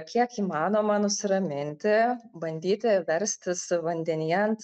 kiek įmanoma nusiraminti bandyti verstis vandenyje ant